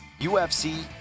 UFC